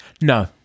No